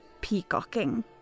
peacocking